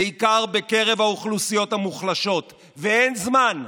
בעיקר בקרב האוכלוסיות המוחלשות, ואין זמן.